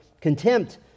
contempt